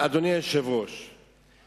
הזמן נגמר, לא?